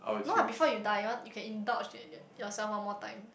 no lah before you die you want you can indulge in yourself one more time